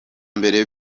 mbere